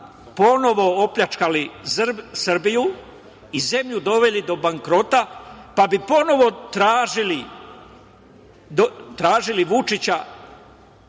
ponovo opljačkali Srbiju i zemlju doveli do bankrota, pa bi ponovo tražili Vučića